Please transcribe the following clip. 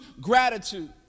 gratitude